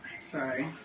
Sorry